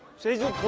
citizens